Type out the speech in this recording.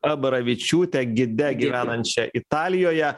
abaravičiūte gide gyvenančia italijoje